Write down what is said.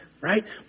right